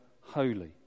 holy